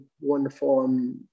wonderful